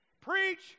Preach